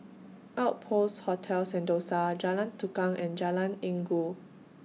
Outpost Hotel Sentosa Jalan Tukang and Jalan Inggu